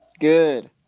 Good